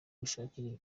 gushakira